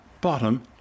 bottom